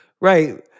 Right